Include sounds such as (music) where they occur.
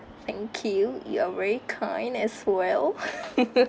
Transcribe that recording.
thank you you're very kind as well (laughs)